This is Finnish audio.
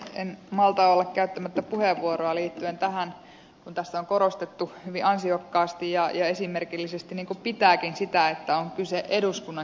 en malta olla käyttämättä puheenvuoroa liittyen tähän kun tässä on korostettu hyvin ansiokkaasti ja esimerkillisesti niin kuin pitääkin sitä että on kyse eduskunnan kirjastosta